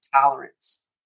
tolerance